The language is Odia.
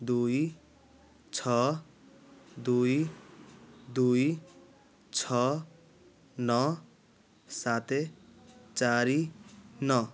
ଦୁଇ ଛଅ ଦୁଇ ଦୁଇ ଛଅ ନଅ ସାତ ଚାରି ନଅ